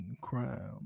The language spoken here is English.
crown